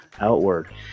outward